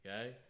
Okay